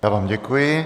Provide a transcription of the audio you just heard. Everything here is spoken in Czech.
Já vám děkuji.